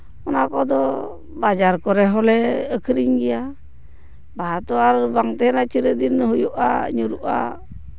ᱚᱱᱟ ᱠᱚᱫᱚ ᱵᱟᱡᱟᱨ ᱠᱚᱨᱮ ᱦᱚᱸᱞᱮ ᱟᱹᱠᱷᱨᱤᱧ ᱜᱮᱭᱟ ᱵᱟᱦᱟ ᱛᱚ ᱟᱨ ᱵᱟᱝ ᱛᱟᱦᱮᱱᱟ ᱪᱤᱨᱚᱫᱤᱱ ᱦᱩᱭᱩᱜᱼᱟ ᱧᱩᱨᱩᱜᱼᱟ